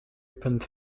opened